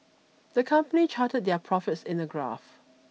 the company charted their profits in a graph